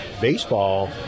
Baseball